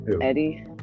Eddie